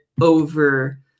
over